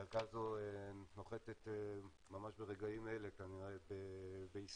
ערכה זו נוחתת ממש ברגעים אלה כנראה בישראל